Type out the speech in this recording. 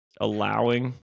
allowing